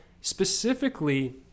Specifically